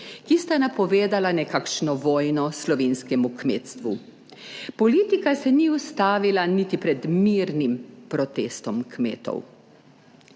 ki sta napovedala nekakšno vojno slovenskemu kmetstvu. Politika se ni ustavila niti pred mirnim protestom kmetov.